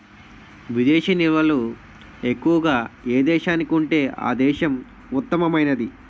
విదేశీ నిల్వలు ఎక్కువగా ఏ దేశానికి ఉంటే ఆ దేశం ఉత్తమమైనది